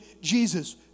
Jesus